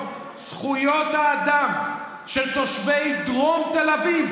זכויות האדם של תושבי דרום תל אביב,